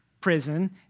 prison